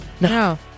No